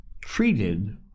treated